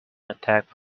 attack